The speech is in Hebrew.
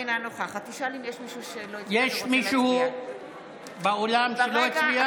אינה נוכחת יש מישהו באולם שלא הצביע?